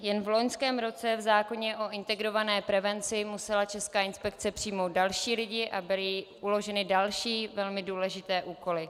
Jen v loňském roce v zákoně o integrované prevenci musela česká inspekce přijmout další lidi a byly uloženy další, velmi důležité úkoly.